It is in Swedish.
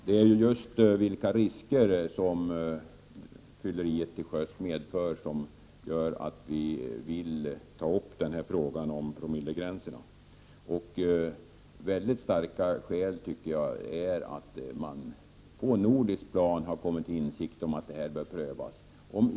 Det är just riskerna med fylleriet till sjöss som har fått oss att ta upp frågan om promillegränsen. Ett väldigt starkt skäl, tycker jag, är att man på det nordiska planet har kommit till insikt om att det bör ske en prövning.